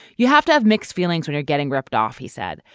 you have to have mixed feelings and are getting ripped off he said.